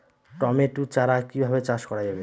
Tomato চারা কিভাবে চাষ করা যাবে?